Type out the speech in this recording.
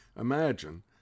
Imagine